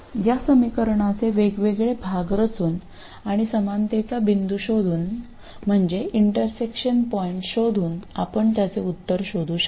तर समीकरणाचे वेगवेगळे भाग रचून आणि समानतेचा बिंदू शोधून म्हणजे इंटरसेक्शन पॉईंट शोधून आपण त्याचे उत्तर शोधू शकता